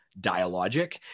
dialogic